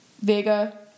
Vega